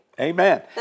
Amen